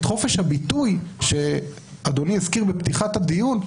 את חופש הביטוי שאדוני הזכיר בתחילת הדיון,